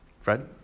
Fred